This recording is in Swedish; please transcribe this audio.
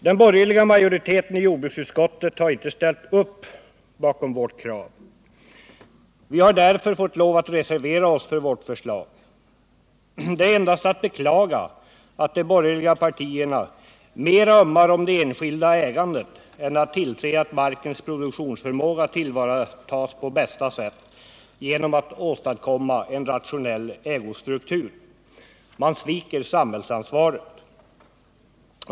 Den borgerliga majoriteten i jordbruksutskottet har inte ställt sig bakom vårt krav. Vi har därför fått lov att reservera oss för vårt förslag. Det är endast att beklaga att de borgerliga partierna mer ömmar för det enskilda ägandet än för att tillse att markens produktionsförmåga tillvaratas på bästa sätt genom att man åstadkommer en rationell ägostruktur. De sviker samhällsansvaret.